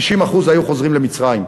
90% היו חוזרים למצרים.